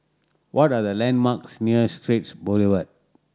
what are the landmarks near Straits Boulevard